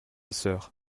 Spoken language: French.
sœur